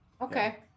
Okay